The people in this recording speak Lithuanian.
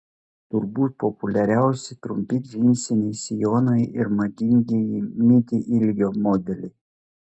turbūt populiariausi trumpi džinsiniai sijonai ir madingieji midi ilgio modeliai